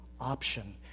option